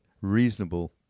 reasonable